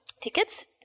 tickets